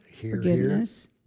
forgiveness